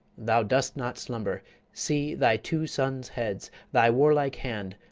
thou dost not slumber see thy two sons' heads, thy warlike hand,